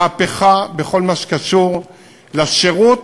מהפכה בכל מה שקשור לשירות